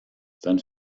sein